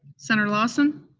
senator lawson?